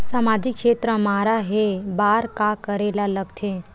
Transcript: सामाजिक क्षेत्र मा रा हे बार का करे ला लग थे